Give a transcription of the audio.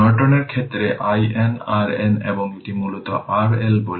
নর্টনের ক্ষেত্রে IN RN এবং এটি মূলত R L বলে